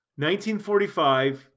1945